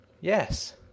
Yes